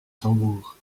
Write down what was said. tambour